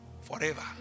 forever